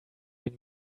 been